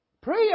Prayer